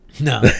No